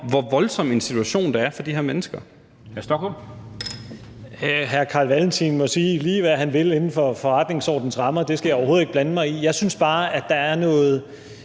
Hr. Rasmus Stoklund. Kl. 17:11 Rasmus Stoklund (S): Hr. Carl Valentin må sige, lige hvad han vil, inden for forretningsordenens rammer. Det skal jeg overhovedet ikke blande mig i. Jeg synes bare, at der er noget